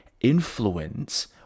influence